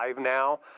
now